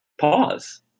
pause